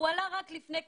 עלה רק לפני כשנה,